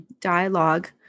dialogue